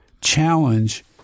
challenge